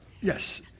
yes